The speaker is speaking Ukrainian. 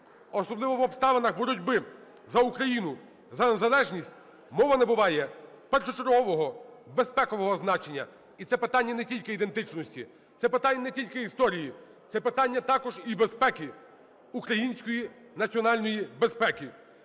особливо в обставинах боротьби за Україну, за незалежність мова набуває першочергового безпекового значення. І це питання не тільки ідентичності, це питання не тільки історії, це питання також і безпеки, української національної безпеки.